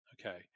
Okay